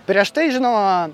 prieš tai žinoma